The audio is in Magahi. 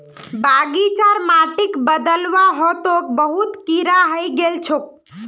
बगीचार माटिक बदलवा ह तोक बहुत कीरा हइ गेल छोक